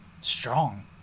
Strong